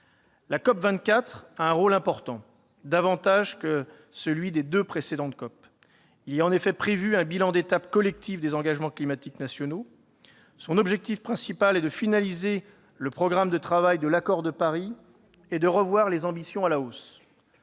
La COP24 a un rôle important, davantage que celui des deux précédentes COP. Il y est en effet prévu un bilan d'étape collectif des engagements climatiques nationaux. Son objectif principal est de finaliser le programme de travail de l'accord de Paris et de revoir les ambitions à la hausse.